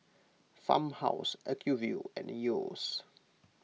Farmhouse Acuvue and Yeo's